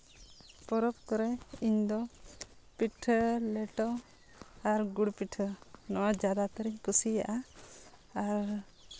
ᱯᱚᱨᱚᱵᱽ ᱠᱚᱨᱮ ᱤᱧᱫᱚ ᱯᱤᱴᱷᱟᱹ ᱞᱮᱴᱚ ᱟᱨ ᱜᱩᱲ ᱯᱤᱴᱷᱟᱹ ᱱᱚᱣᱟ ᱡᱟᱫᱟᱛᱚᱨ ᱤᱧ ᱠᱩᱥᱤᱭᱟᱜᱼᱟ ᱟᱨ